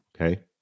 okay